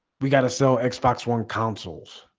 we gotta sell xbox one consoles